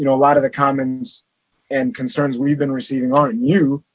you know a lot of the comments and concerns we've been receiving on you,